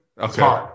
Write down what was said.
Okay